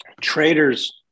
traders